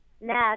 next